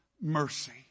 mercy